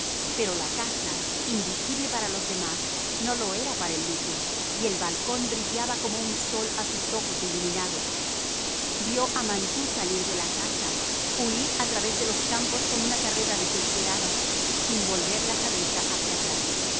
pero la casa invisible para los demás no lo era para el duque y el balcón brillaba como un sol a sus ojos iluminados vio a mantoux salir de la casa huir a través de los campos con una carrera desesperada sin volver la cabeza hacia atrás